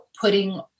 putting